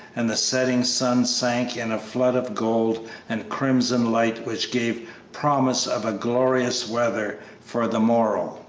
and the setting sun sank in a flood of gold and crimson light which gave promise of glorious weather for the morrow.